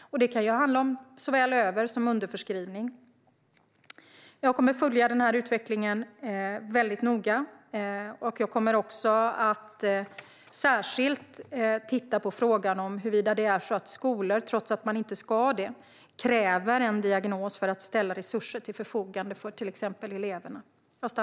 Det kan handla om både över och underförskrivning. Jag kommer att följa utvecklingen noga, och jag kommer också att särskilt titta på huruvida skolor, trots att de inte ska det, kräver en diagnos för att ställa resurser till förfogande för till exempel eleverna.